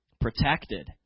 protected